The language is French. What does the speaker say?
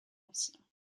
ancien